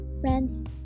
Friends